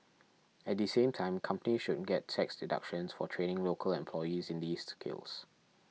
at the same time companies should get tax deductions for training local employees in these skills